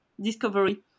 discovery